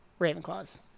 Ravenclaws